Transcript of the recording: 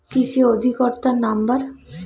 কৃষি অধিকর্তার নাম্বার?